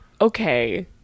okay